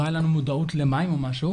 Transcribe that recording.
לא הייתה לנו מודעות למים או משהו.